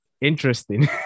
interesting